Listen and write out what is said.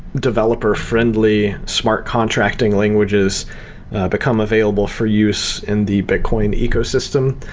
developer-friendly smart contracting languages become available for use in the bitcoin ecosystem.